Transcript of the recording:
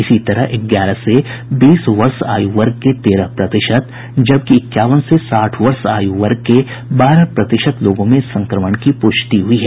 इसी तरह ग्यारह से बीस वर्ष आयु वर्ग के तेरह प्रतिशत जबकि इक्यावन से साठ वर्ष आयु वर्ग के बारह प्रतिशत लोगों में संक्रमण की पुष्टि हुई है